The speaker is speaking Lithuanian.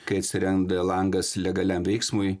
kai atsirenda langas legaliam veiksmui